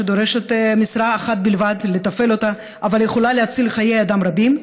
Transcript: שדורשת משרה אחת בלבד לתפעל אותה אבל יכולה להציל חיי אדם רבים.